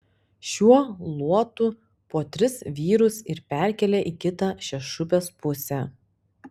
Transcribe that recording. šiuo luotu po tris vyrus ir perkelia į kitą šešupės pusę